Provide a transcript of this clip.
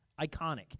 iconic